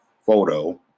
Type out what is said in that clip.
photo